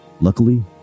luckily